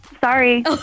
Sorry